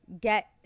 get